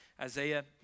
Isaiah